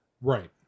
Right